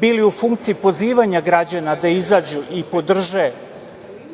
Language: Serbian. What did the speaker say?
bili u funkciji pozivanja građana da izađu i podrže